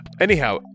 Anyhow